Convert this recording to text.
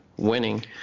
Winning